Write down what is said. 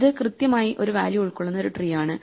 ഇത് കൃത്യമായി ഒരു വാല്യൂ ഉൾക്കൊള്ളുന്ന ഒരു ട്രീ ആണ്